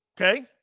Okay